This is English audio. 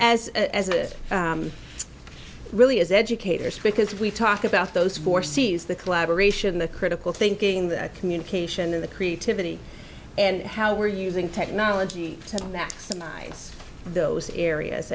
as as it really is educators because we talk about those four c's the collaboration the critical thinking the communication of the creativity and how we're using technology to maximize those areas